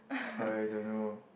I don't know